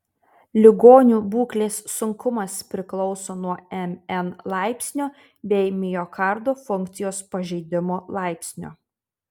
ligonių būklės sunkumas priklauso nuo mn laipsnio bei miokardo funkcijos pažeidimo laipsnio